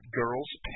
girl's